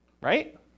right